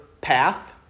path